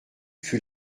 fut